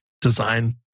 design